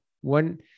one